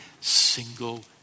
single